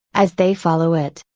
as they follow it.